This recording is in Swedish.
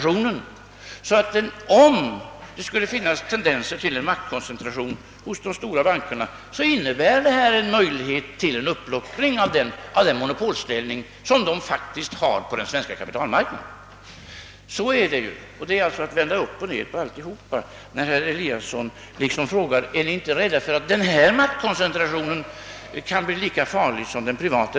Om det skulle finnas tendenser till maktkoncentration hos de stora bankerna innebär detta en möjlighet till uppluckring av den monopolställning de faktiskt har på den svenska kapitalmarknaden. Så ligger det till, och det är att vända upp och ner på problemet om man som herr Eliasson frågar om vi inte är rädda för att denna maktkoncentration kan bli lika farlig som den privata.